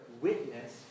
witness